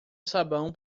sabão